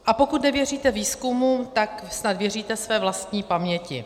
A pokud nevěříte výzkumům, tak snad věříte své vlastní paměti.